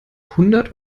hundert